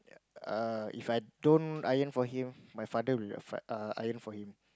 uh If I don't iron for him my father will fi~ uh iron for him